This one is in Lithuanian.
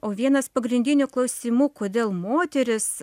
o vienas pagrindinių klausimų kodėl moterys